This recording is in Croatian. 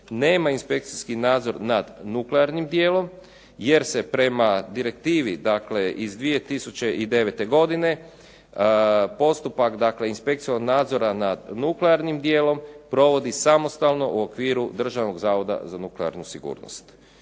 nema inspekcijski nadzor nad nuklearnim dijelom jer se prema direktivi iz 2009. godine postupak inspekcijskog nadzora nad nuklearnim dijelom provodi samostalno u okviru Državnog zavoda za nuklearnu sigurnost.